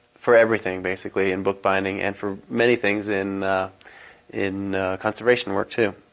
for everything basically in bookbinding and for many things in in conservation work too,